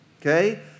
okay